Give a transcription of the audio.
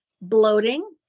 bloating